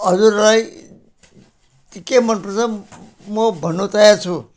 हजुरलाई त्यो के मन पर्छ म भन्नु तयार छु